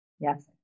Yes